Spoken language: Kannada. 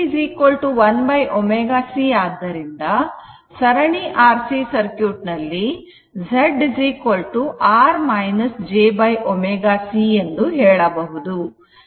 Xc 1 ω c ಆದ್ದರಿಂದ ಸರಣಿ RC ಸರ್ಕ್ಯೂಟ್ ನಲ್ಲಿ Z R j ω c ಎಂದು ಹೇಳಬಹುದು